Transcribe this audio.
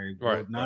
Right